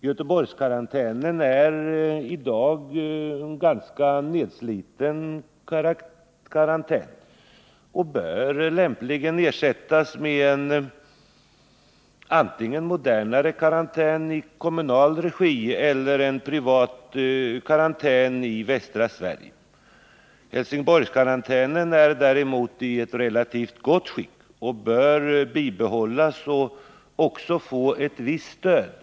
Göteborgskarantänen är i dag en ganska nedsliten karantän och bör lämpligen ersättas med antingen en modernare karantän i kommunal regi eller en privat karantän i västra Sverige. Helsingborgskarantänen däremot är i relativt gott skick. Den bör bibehållas och också få ett visst stöd.